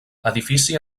edifici